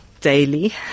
daily